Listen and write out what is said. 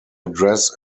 address